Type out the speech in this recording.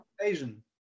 Asian